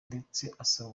asaba